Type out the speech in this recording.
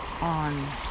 on